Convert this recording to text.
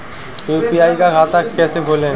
UPI का खाता कैसे खोलें?